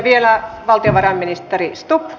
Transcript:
vielä valtiovarainministeri stubb